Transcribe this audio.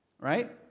right